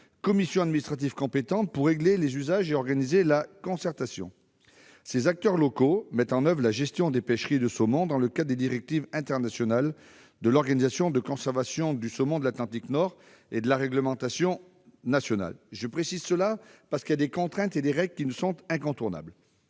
commission administrative compétente pour régler les usages et organiser la concertation. Ces acteurs locaux mettent en oeuvre la gestion des pêcheries de saumon, dans le cadre des directives internationales de l'Organisation de conservation du saumon de l'Atlantique Nord et de la réglementation nationale. Si je le précise, c'est parce qu'il y a des contraintes et des règles incontournables.